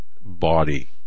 body